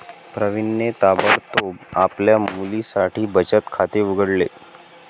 प्रवीणने ताबडतोब आपल्या मुलीसाठी बचत खाते उघडले